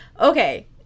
okay